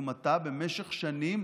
כדוגמתה במשך שנים.